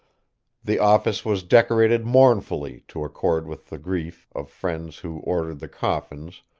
the office was decorated mournfully to accord with the grief of friends who ordered the coffins,